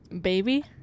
baby